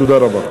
תודה רבה.